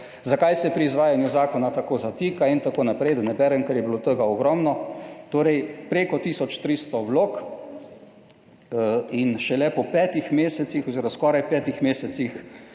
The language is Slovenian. Zakaj se pri izvajanju zakona tako zatika in tako naprej, da ne berem, ker je bilo tega ogromno. Torej preko tisoč 300 vlog in šele po petih mesecih oziroma skoraj petih mesecih